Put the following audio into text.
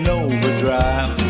overdrive